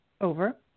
over